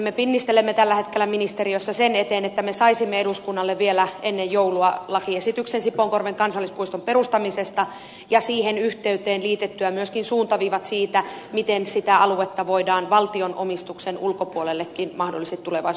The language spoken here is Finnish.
me pinnistelemme tällä hetkellä ministeriössä sen eteen että me saisimme eduskunnalle vielä ennen joulua lakiesityksen sipoonkorven kansallispuiston perustamisesta ja siihen yhteyteen liitettyä myöskin suuntaviivat siitä miten sitä aluetta voidaan valtion omistuksen ulkopuolellekin mahdollisesti tulevaisuudessa laajentaa